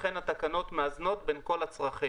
לכן התקנות מאזנות בין כל הצרכים.